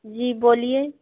जी बोलिए